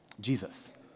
Jesus